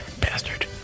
Bastard